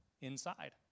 inside